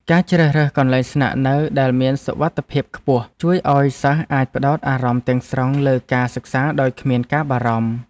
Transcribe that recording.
ការជ្រើសរើសកន្លែងស្នាក់នៅដែលមានសុវត្ថិភាពខ្ពស់ ជួយឱ្យសិស្សអាចផ្តោតអារម្មណ៍ទាំងស្រុងលើការសិក្សាដោយគ្មានការបារម្ភ។